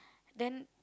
then